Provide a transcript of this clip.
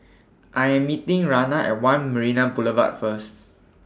I Am meeting Rianna At one Marina Boulevard First